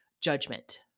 judgment